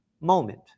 moment